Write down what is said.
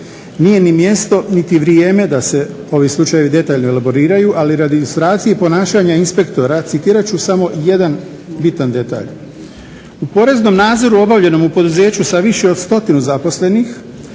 Nije ni mjesto niti vrijeme da se ovi slučajevi detaljno elaboriraju ali radi …/Ne razumije se./… i ponašanja inspektora citirat ću samo jedan bitan detalj: u poreznom nadzoru obavljenom u poduzeću sa više od 100 zaposlenih